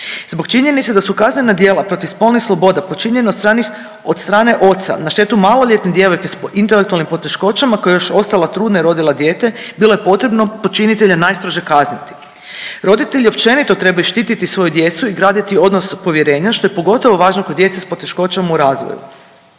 Zbog činjenice da su kaznena djela protiv spolnih sloboda počinjena od strane oca na štetu maloljetne djevojke koja je još ostala trudna i rodila dijete bilo je potrebno počinitelja najstrože kazniti. Roditelji općenito trebaju štititi svoju djecu i graditi odnos povjerenja što je pogotovo važno kod djece s poteškoćama u razvoju.